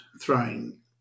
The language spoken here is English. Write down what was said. throwing